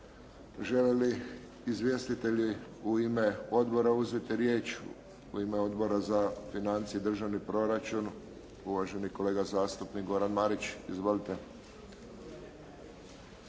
Žele li izvjestitelji u ime odbora uzeti riječ? U ime Odbora za financije i državni proračun uvaženi kolega zastupnik Goran Marić. Izvolite.